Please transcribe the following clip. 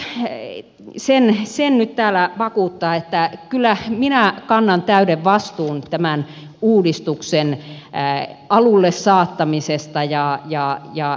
haluan myös sen nyt täällä vakuuttaa että kyllä minä kannan täyden vastuun tämän uudistuksen alulle saattamisesta ja käynnistämisestä